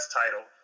title